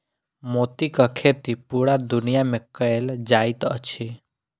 मोतीक खेती पूरा दुनिया मे कयल जाइत अछि